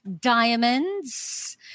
diamonds